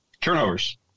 Turnovers